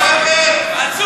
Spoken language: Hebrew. אתה מחייך,